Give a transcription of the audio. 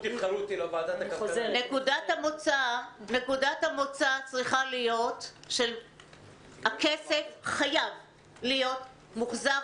נקודת המוצא צריכה להיות שהכסף חייב להיות מוחזר